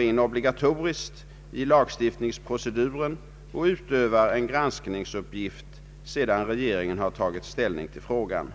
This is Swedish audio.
in obligatoriskt i lagstiftningsproceduren och utövar en granskningsuppgift sedan riksdagen tagit ställning till frågan.